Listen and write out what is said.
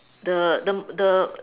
the the the